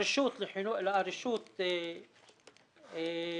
רשות הבדואים